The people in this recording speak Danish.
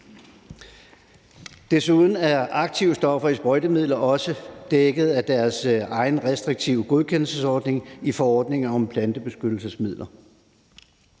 Desuden er aktivstoffer i sprøjtemidler også dækket af deres egen restriktive godkendelsesordning i forordningen om plantebeskyttelsesmidler.